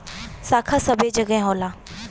शाखा सबै जगह होला